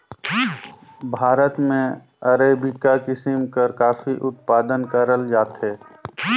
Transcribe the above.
भारत में अरेबिका किसिम कर काफी उत्पादन करल जाथे